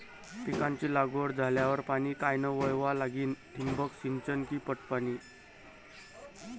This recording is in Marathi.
पिकाची लागवड झाल्यावर पाणी कायनं वळवा लागीन? ठिबक सिंचन की पट पाणी?